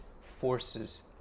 forces